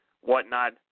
whatnot